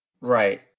Right